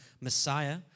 Messiah